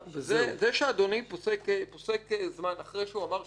זה שאדוני פוסק זמן אחרי שאמר שייתן לי